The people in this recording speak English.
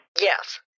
Yes